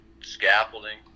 scaffolding